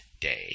day